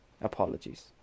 Apologies